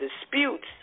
disputes